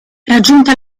raggiunta